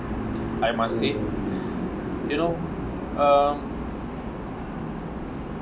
I must said you know um